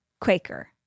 Quaker